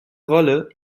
rolle